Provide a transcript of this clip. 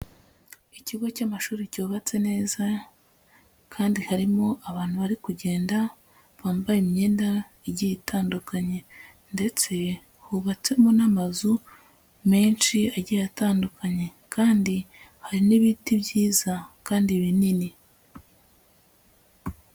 Ikigo cy'amashuri cyubatse neza kandi harimo abantu bari kugenda, bambaye imyenda igiye itandukanye ndetse hubatsemo n'amazu menshi agiye atandukanye kandi hari n'ibiti byiza kandi binini.